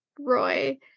Roy